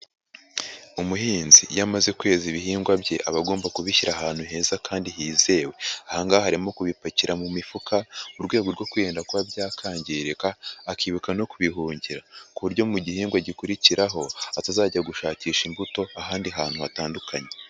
Umuhinzi iyo amaze kweza ibihingwa bye aba agomba kubishyira ahantu heza kandi hizewe, aha ngaha arimo kubipakira mu mifuka mu rwego rwo kwirinda kuba byakangirika akibuka no kubihungira ku buryo mu gihingwa gikurikiraho atazajya gushakisha imbuto ahandi hantu hatandukanye.